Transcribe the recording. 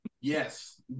Yes